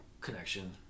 connection